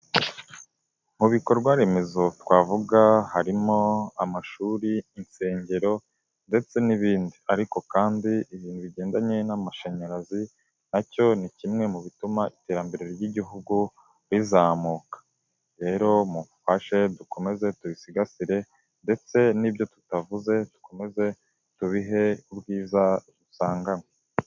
Mu bikorwa remezo twavuga harimo amashuri ,insengero ndetse n'ibindi ariko kandi ibintu bigendanye n'amashanyarazi nacyo ni kimwe mu bituma iterambere ry'igihugu rizamuka ,rero mufashe dukomeze tubisigasire ndetse n'ibyo tutavuze dukomeze tubihe ubwiza bisanganywe .